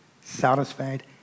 satisfied